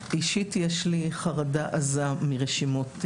אישית יש לי חרדה עזה מרשימות סגורות.